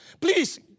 please